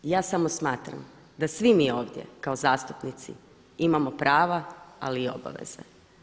Ja samo smatram da svi mi ovdje kao zastupnici imamo prava ali i obaveze.